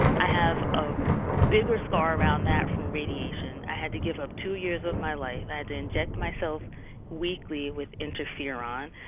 i have a bigger scar around that from radiation. i had to give up two years of my life. i had to inject myself weekly with interferon.